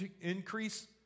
increase